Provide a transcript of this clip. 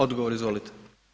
Odgovor, izvolite.